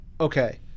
okay